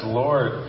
lord